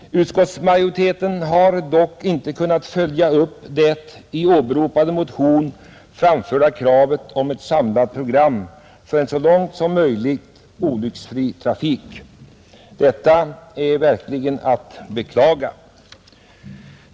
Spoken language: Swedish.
Utskottsmajoriteten har dock inte kunnat följa upp det i åberopade motion framförda kravet om ett samlat program för en så långt möjligt olycksfri trafik. Detta är verkligen att beklaga.